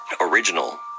original